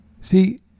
see